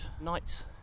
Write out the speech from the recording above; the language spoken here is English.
nights